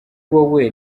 wowe